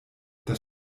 das